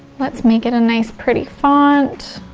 let's make it a nice, pretty font.